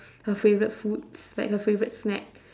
her favourite foods like her favourite snack